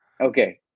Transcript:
okay